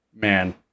man